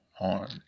on